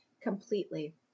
completely